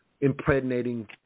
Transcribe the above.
impregnating